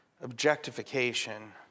objectification